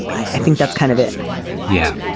i think that's kind of it yeah,